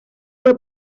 fue